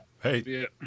Hey